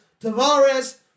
Tavares